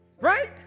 right